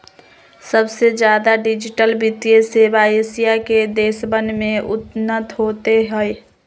सबसे ज्यादा डिजिटल वित्तीय सेवा एशिया के देशवन में उन्नत होते हई